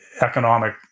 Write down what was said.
economic